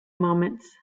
moments